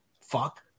fuck